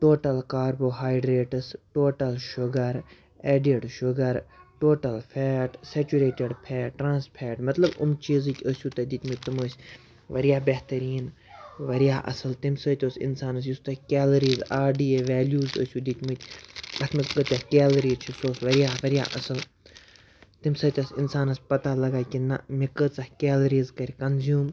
total carbohydrates total sugar added sugar total fat saturated fat trans fat مطلب یِم چیٖزٕکۍ ٲسوٕ تۄہہِ دِتمٕتۍ تِم ٲسۍ واریاہ بہتریٖن واریاہ اَصٕل تمہِ سۭتۍ اوس اِنسانَس یُس تۄہہِ calories R D A values ٲسوُ دِتمٕتۍ تَتھ منٛز کۭتیٛاہ کیلریٖز چھِ سُہ اوس واریاہ واریاہ اَصٕل تمہِ سۭتۍ ٲس اِنسانَس پَتہ لگان کہِ نہ مےٚ کۭژاہ کیلریٖز کَرِ کَنزیوٗم